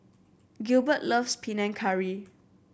Gilbert loves Panang Curry